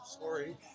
sorry